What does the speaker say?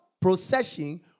procession